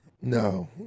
No